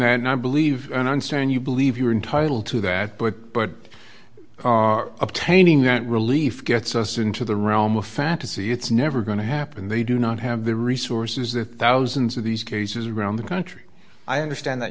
that and i believe and i'm certain you believe you are entitled to that but but you are obtaining that relief gets us into the realm of fantasy it's never going to happen they do not have the resources the thousands of these cases around the country i understand that